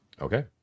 okay